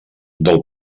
del